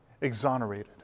exonerated